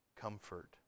comfort